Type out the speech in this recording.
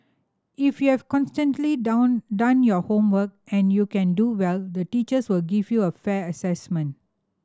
if you have consistently done done your homework and you can do well the teachers will give you a fair assessment